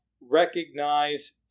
recognize